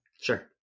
Sure